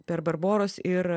per barboros ir